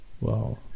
Wow